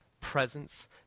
presence